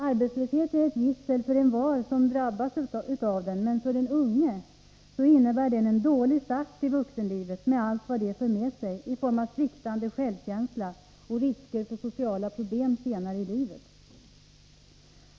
Arbetslöshet är ett gissel för envar som drabbas av den, men för den unge innebär den en dålig start i vuxenlivet med allt vad det för med sig i form av sviktande självkänsla och risker för sociala problem senare i livet.